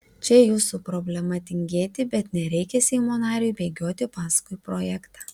čia jūsų problema tingėti bet nereikia seimo nariui bėgioti paskui projektą